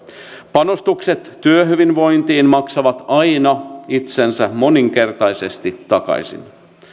panostukset työhyvinvointiin maksavat aina itsensä moninkertaisesti takaisin